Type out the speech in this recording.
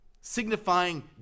signifying